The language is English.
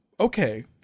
okay